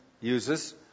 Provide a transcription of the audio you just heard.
uses